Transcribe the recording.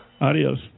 adios